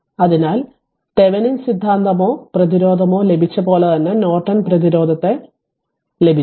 അതിനാൽ തെവെനിൻ സിദ്ധാന്തമോ പ്രതിരോധമോ ലഭിച്ച പോലെ തന്നെ നോർട്ടൺ പ്രതിരോധത്തെ ലഭിച്ചു